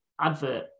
advert